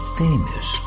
famous